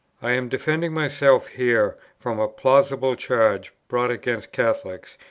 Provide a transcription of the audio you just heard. i am defending myself here from a plausible charge brought against catholics,